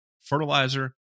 fertilizer